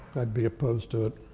i'd be opposed to it.